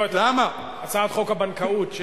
הצעת חוק הבנקאות שלי.